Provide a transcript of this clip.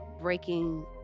breaking